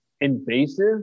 invasive